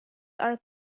are